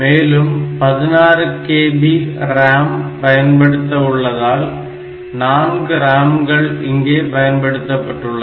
மேலும் 16KB RAM பயன்படுத்த உள்ளதால் 4 RAM கள் இங்கே பயன்படுத்தப்பட்டுள்ள